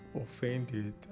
offended